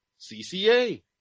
CCA